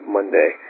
Monday